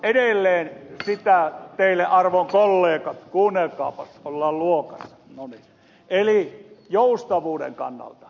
edelleen arvon kollegat kuunnelkaapas ollaan luokassa joustavuuden kannalta